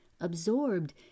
absorbed